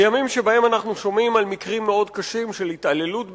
בימים שבהם אנחנו שומעים על מקרים מאוד קשים של התעללות בקטינים,